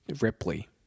Ripley